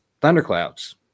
thunderclouds